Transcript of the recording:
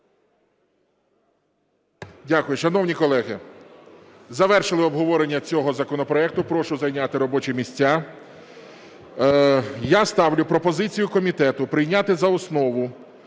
Дякую. Шановні колеги, завершили обговорення цього законопроекту. Прошу зайняти робочі місця. Я ставлю пропозицію комітету прийняти за основу